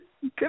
Good